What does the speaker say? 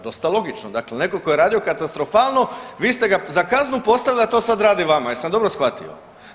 Dosta logično, dakle neko ko je radio katastrofalno vi ste ga za kaznu postavili da to sad radi vama, jesam dobro shvatio?